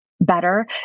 better